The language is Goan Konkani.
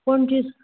पंचवीस